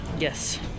Yes